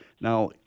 Now